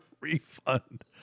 Refund